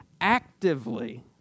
actively